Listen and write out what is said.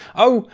oh,